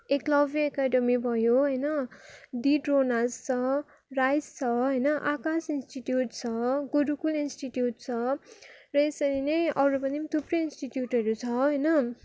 Eklavya academy भयो होइन डी द्रोनास राइस छ आकाश इन्स्टिट्युट छ गुरुकुल इन्स्टिट्युट छ र यसरी नै अरू पनि थुप्रै इन्स्टिट्युटहरू छ होइन